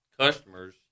customers